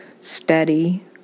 steady